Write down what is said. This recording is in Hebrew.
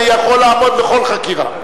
אני יכול לעמוד בכל חקירה.